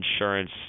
insurance